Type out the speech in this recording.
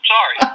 Sorry